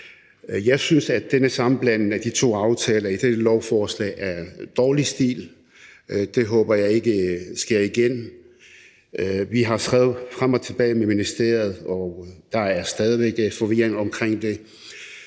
Jeg synes, at den sammenblanding af de to aftaler i dette lovforslag er dårlig stil – det håber jeg ikke sker igen. Vi har skrevet frem og tilbage med ministeriet, og der er stadig væk forvirring omkring det.